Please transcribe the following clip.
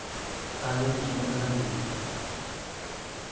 ᱛᱟ ᱞᱤᱢ ᱮᱢᱚᱜ ᱞᱟ ᱜᱤᱫ